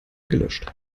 gelöscht